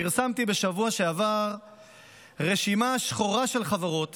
פרסמתי בשבוע שעבר רשימה שחורה של חברות